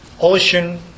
ocean